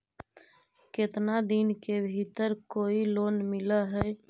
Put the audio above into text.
केतना दिन के भीतर कोइ लोन मिल हइ?